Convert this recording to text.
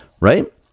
right